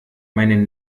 meinen